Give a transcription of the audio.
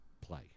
play